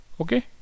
Okay